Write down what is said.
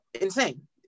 insane